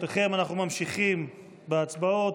ממשיכים בהצבעות.